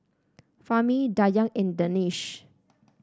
Fahmi Dayang and Danish